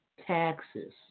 taxes